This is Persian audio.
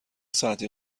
ساعتی